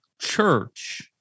church